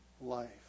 life